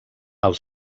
als